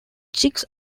chicks